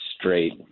straight